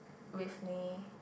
with me